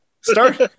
start